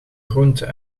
groenten